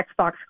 Xbox